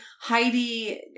Heidi